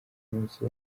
umunsi